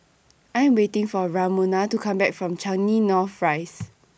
I Am waiting For Ramona to Come Back from Changi North Rise